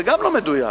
זה גם לא מדויק,